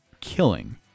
killing